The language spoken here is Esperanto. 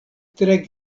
tre